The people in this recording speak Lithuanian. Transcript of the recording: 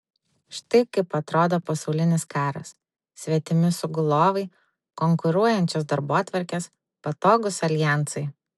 štai kaip atrodo pasaulinis karas svetimi sugulovai konkuruojančios darbotvarkės patogūs aljansai